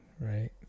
right